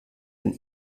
ein